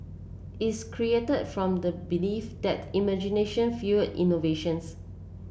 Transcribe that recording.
is created from the belief that imagination fuel innovation